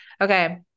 Okay